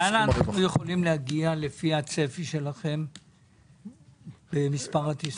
לאן אנחנו יכולים להגיע לפי הצפי שלכם במספר הטיסות?